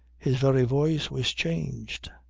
his very voice was changed.